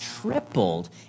tripled